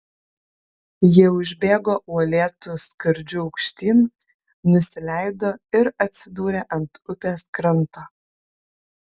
jie užbėgo uolėtu skardžiu aukštyn nusileido ir atsidūrė ant upės kranto